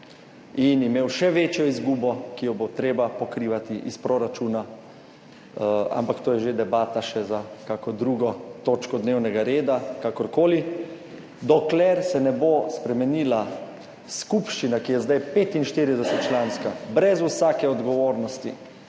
in imel še večjo izgubo, ki jo bo treba pokrivati iz proračuna, ampak to je že debata še za kako drugo točko dnevnega reda. Kakorkoli, dokler se ne bo spremenila skupščina, ki je zdaj 45 članska, brez vsake odgovornosti,